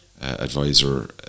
advisor